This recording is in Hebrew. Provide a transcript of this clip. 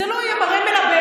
זה לא היה מראה מלבב.